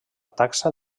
taxa